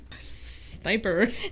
Sniper